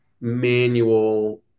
manual